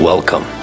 Welcome